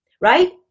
Right